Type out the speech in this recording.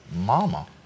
mama